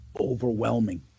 overwhelming